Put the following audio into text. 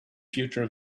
future